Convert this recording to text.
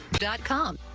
dot com.